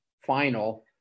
final